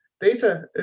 data